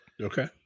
okay